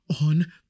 on